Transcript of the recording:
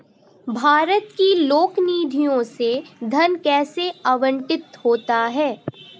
भारत की लोक निधियों से धन कैसे आवंटित होता है?